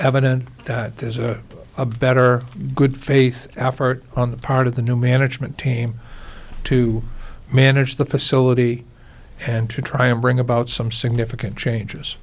evident that there's a better good faith effort on the part of the new management team to manage the facility and to try and bring about some significant changes